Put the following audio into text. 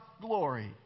glory